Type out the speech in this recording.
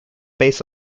based